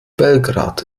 belgrad